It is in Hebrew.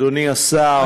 אדוני השר,